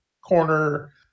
corner